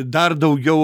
dar daugiau